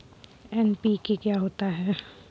NPK क्या होता है?